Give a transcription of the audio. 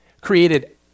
created